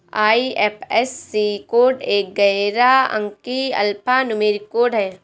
IFSC code एक ग्यारह अंकीय अल्फा न्यूमेरिक कोड है